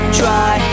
try